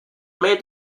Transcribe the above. may